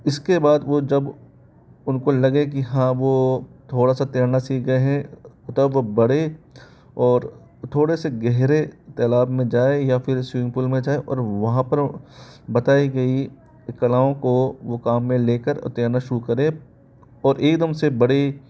इसके बाद वो जब उनको लगे की हाँ वो थोड़ा सा तैरना सीख गए हैं तब वो बड़े और थोड़े से गहरे तलाब में जाए या फिर स्विमिंग पूल में जाए और वहाँ पर बताई गई कलाओं को वो काम में लेकर और तैरना शुरू करे और एकदम से बड़े